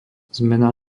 zmena